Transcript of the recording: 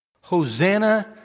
Hosanna